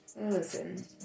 Listen